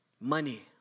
Money